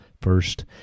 first